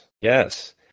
Yes